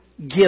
give